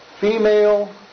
female